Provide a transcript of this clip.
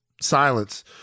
silence